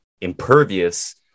impervious